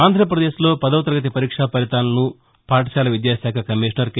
ఆంధ్రాప్రదేశ్లో పదవ తరగతి పరీక్షల ఫలితాలను పాఠశాల విద్యాశాఖ కమిషనర్ కె